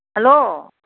hello